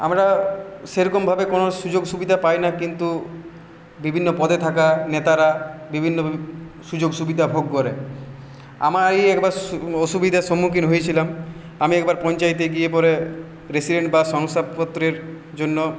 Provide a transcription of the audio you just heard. আমরা সেরকমভাবে কোনও সুযোগ সুবিধা পাই না কিন্তু বিভিন্ন পদে থাকা নেতারা বিভিন্ন সুযোগ সুবিধা ভোগ করে আমারই একবার অসুবিধার সম্মুখীন হয়েছিলাম আমি একবার পঞ্চায়তে গিয়ে পড়ে রেসিডেন্ট বা শংসাপত্রের জন্য